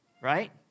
right